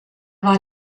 war